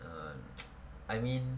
ah I mean